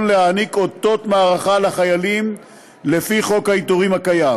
להעניק אותות מערכה לחיילים לפי חוק העיטורים הקיים.